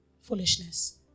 foolishness